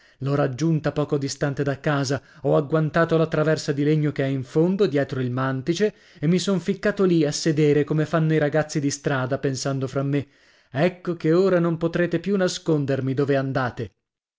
l'ho raggiunta poco distante da casa ho agguantato la traversa di legno che è in fondo dietro il mantice e mi son ficcato lì a sedere come fanno i ragazzi di strada pensando fra me ecco che ora non potrete più nascondermi dove andate